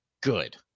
good